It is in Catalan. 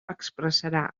expressarà